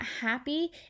happy